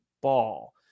ball